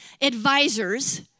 advisors